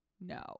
No